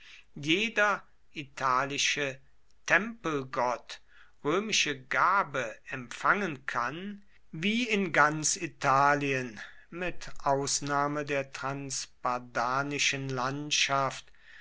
jeder italische tempelgott römische gabe empfangen kann wie in ganz italien mit ausnahme der transpadanischen landschaft